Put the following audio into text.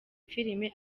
filime